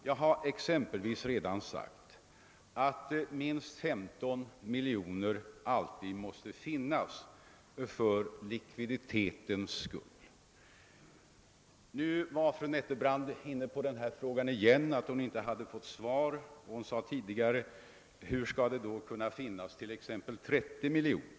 Jag har t.ex. sagt att det för likviditetens skull måste finnas minst 15 miljoner kronor, och fru Nettelbrandt frågade tidigare hur det då kunde finnas 30 miljoner.